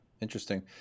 Interesting